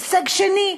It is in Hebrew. הישג שני.